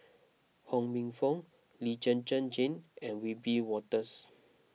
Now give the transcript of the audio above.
Ho Minfong Lee Zhen Zhen Jane and Wiebe Wolters